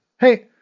Hey